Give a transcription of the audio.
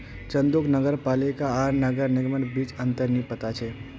चंदूक नगर पालिका आर नगर निगमेर बीच अंतर नइ पता छ